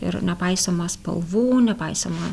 ir nepaisoma spalvų nepaisoma